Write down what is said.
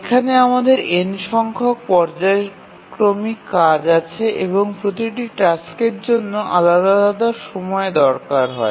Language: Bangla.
এখানে আমাদের n সংখ্যক পর্যায়ক্রমিক কাজ আছে এবং প্রতিটি টাস্কের জন্য আলাদা সময় দরকার হয়